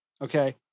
Okay